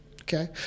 Okay